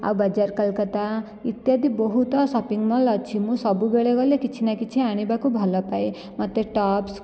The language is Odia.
ଆଉ ବାଜାର କୋଲକାତା ଇତ୍ୟାଦି ବହୁତ ଶପିଂ ମଲ୍ ଅଛି ମୁଁ ସବୁବେଳେ ଗଲେ କିଛି ନା କିଛି ଆଣିବାକୁ ଭଲପାଏ ମୋତେ ଟପ୍ସ